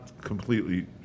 completely